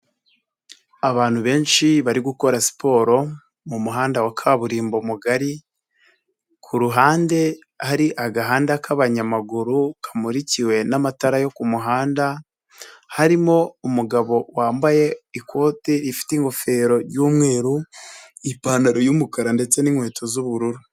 Abantu benshi bari gukora siporo mu muhanda wa kaburimbo mugari, ku ruhande hari agahanda k'abanyamaguru kamurikiwe n'amatara yo kumuhanda, harimo umugabo wambaye ikote rifite ingofero y'umweru, ipantaro y'umukara ndetse n'inkweto z'ubururu.